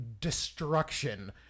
destruction